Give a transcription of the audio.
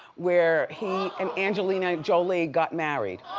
where he and angelina jolie got married.